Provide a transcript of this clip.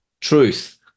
truth